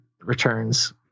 Returns